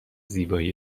زیبایی